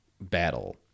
battle